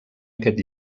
aquest